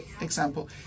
example